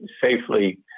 safely